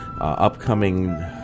upcoming